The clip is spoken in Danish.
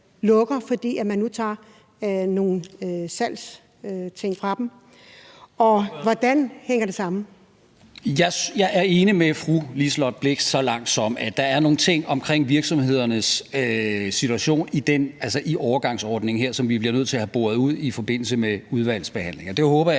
Rohde): Ordføreren. Kl. 20:29 Martin Geertsen (V): Jeg er enig med fru Liselott Blixt så langt, at der er nogle ting omkring virksomhedernes situation i overgangsordningen her, som vi bliver nødt til at have boret ud i forbindelse med udvalgsbehandlingen.